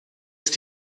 ist